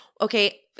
okay